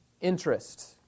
interest